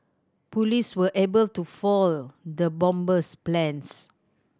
police were able to foil the bomber's plans